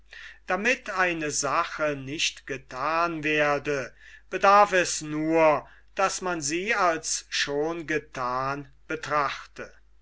damit eine sache nicht gethan werde bedarf es nur daß man sie als schon gethan betrachte